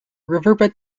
riverbed